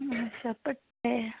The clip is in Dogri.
अच्छा भट्ठे